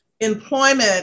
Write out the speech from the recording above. employment